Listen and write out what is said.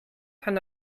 kann